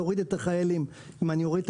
תוריד את החיילים אם אני אוריד את